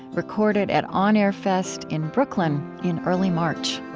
recorded at on air fest in brooklyn in early march